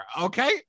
okay